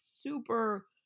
super